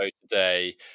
today